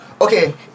Okay